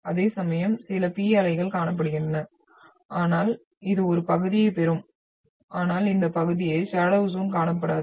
அதேசமயம் சில P அலைகள் காணப்படுகின்றன ஆனால் இது ஒரு பகுதியைப் பெறும் ஆனால் இந்த பகுதியை ஷடோவ் ஜ்யோன் காணப்படாது